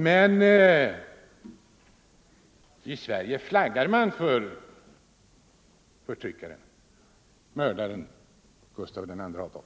Men i Sverige flaggar man för förtryckaren och mördaren Gustav II Adolf.